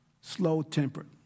Slow-tempered